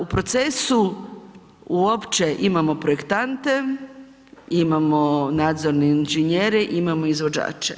U procesu uopće imamo projektante, imamo nadzorne inženjere, imamo izvođače.